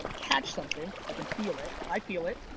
catch something. they can feel it. i feel it.